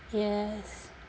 yes